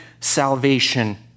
salvation